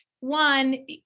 One